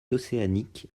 océanique